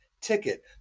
ticket